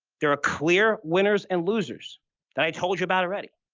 there are clear winners and losers that i told you about already.